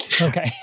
Okay